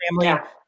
family